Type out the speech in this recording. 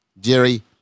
Jerry